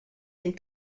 dem